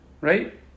right